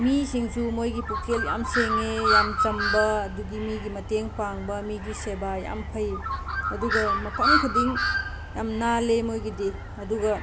ꯃꯤꯁꯤꯡꯁꯨ ꯃꯣꯏꯒꯤ ꯄꯨꯛꯆꯦꯜ ꯌꯥꯝꯅ ꯁꯦꯡꯉꯦ ꯌꯥꯝꯅ ꯆꯝꯕ ꯑꯗꯨꯒꯤ ꯃꯤꯒꯤ ꯃꯇꯦꯡ ꯄꯥꯡꯕ ꯃꯤꯒꯤ ꯁꯦꯕꯥ ꯌꯥꯝꯅ ꯐꯩ ꯑꯗꯨꯒ ꯃꯐꯝ ꯈꯨꯗꯤꯡ ꯌꯥꯝꯅ ꯅꯥꯜꯂꯦ ꯃꯣꯏꯒꯤꯗꯤ ꯑꯗꯨꯒ